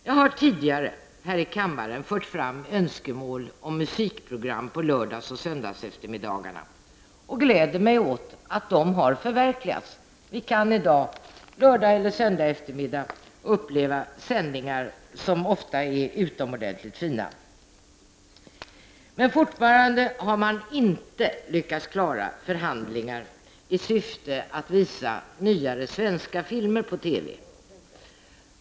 Jag har tidigare här i kammaren fört fram önskemål om musikprogram på lördagsoch söndagseftermiddagarna och gläder mig åt att de har förverkligats. Vi kan i dag på en lördagseller söndagseftermiddag uppleva sändningar som ofta är utomordentligt fina. Men fortfarande har man inte lyckats genomföra förhandlingar i syfte att kunna visa nyare svenska filmer på TV.